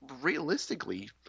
realistically